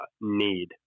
need